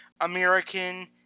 American